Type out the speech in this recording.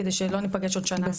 כדי שלא ניפגש עוד שנה.